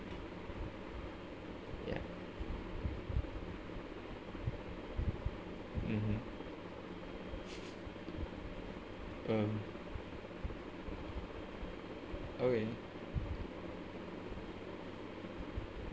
mmhmm um okay